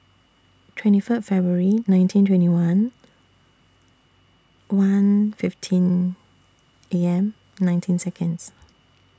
twenty First February nineteen twenty one one fifteen A M nineteen Seconds